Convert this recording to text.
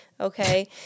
okay